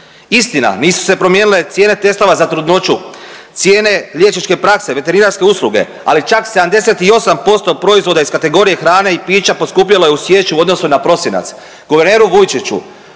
Istina, nisu se promijenile cijene testova za trudnoću, cijene liječničke prakse, veterinarske usluge, ali čak 78% proizvoda iz kategorije hrane i pića poskupjelo je u siječnju u odnosu na prosinac.